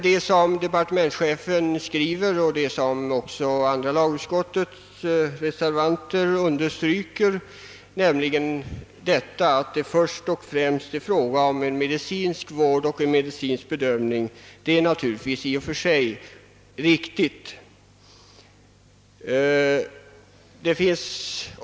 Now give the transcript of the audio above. Det som departementschefen framhåller och som även andra lagutskottets reservanter understryker nämligen att det först och främst är fråga om en medicinsk vård och en medicinsk bedömning, är naturligtvis i och för sig riktigt.